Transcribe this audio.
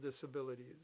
disabilities